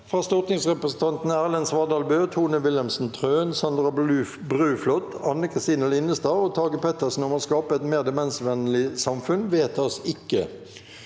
fra stortingsrepresentantene Erlend Svardal Bøe, Tone Wilhelmsen Trøen, Sandra Bruflot, Anne Kristine Linnestad og Tage Pettersen om å skape et mer demensvennlig samfunn – vedtas ikke.